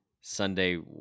Sunday